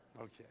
Okay